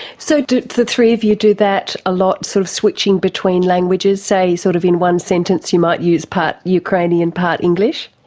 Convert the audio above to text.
so do the three of you do that a lot, sort of switching between languages saying sort of in one sentence you might use part ukrainian part english?